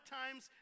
times